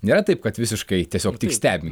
nėra taip kad visiškai tiesiog stebi